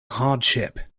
hardship